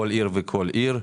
כל עיר וכל עיר.